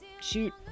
Shoot